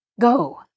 go